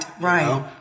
right